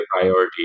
priority